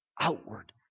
outward